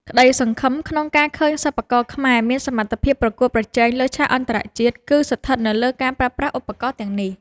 ក្តីសង្ឃឹមក្នុងការឃើញសិប្បករខ្មែរមានសមត្ថភាពប្រកួតប្រជែងលើឆាកអន្តរជាតិ គឺស្ថិតនៅលើការប្រើប្រាស់ឧបករណ៍ទាំងនេះ។